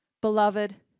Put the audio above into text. Beloved